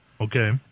Okay